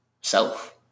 self